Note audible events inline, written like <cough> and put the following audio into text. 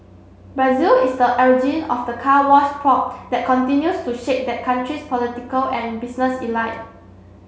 Brazil is the origin of the Car Wash probe that continues to shake that country's political and business <unintelligible>